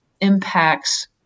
impacts